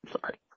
Sorry